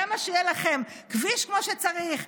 למה שיהיה לכם כביש כמו שצריך?